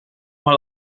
mal